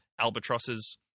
albatrosses